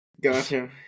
Gotcha